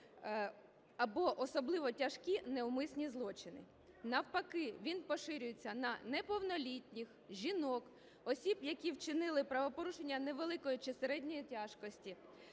або особливо тяжкі неумисні злочини. Навпаки, він поширюється на неповнолітніх, жінок, осіб, які вчинили правопорушення невеличкої чи середньої тяжкості,